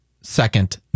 second